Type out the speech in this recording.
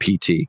PT